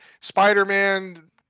Spider-Man